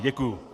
Děkuju.